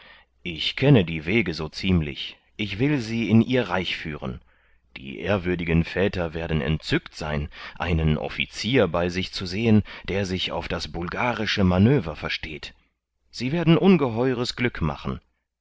ich kenne die wege so ziemlich ich will sie in ihr reich führen die ehrwürdigen väter werden entzückt sein einen officier bei sich zu sehen der sich auf das bulgarische manöver versteht sie werden ungeheures glück machen